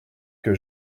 que